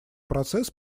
процесс